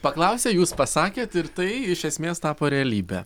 paklausė jūs pasakėt ir tai iš esmės tapo realybe